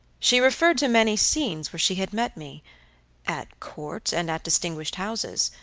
she referred to many scenes where she had met me at court, and at distinguished houses.